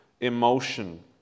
emotion